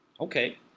okay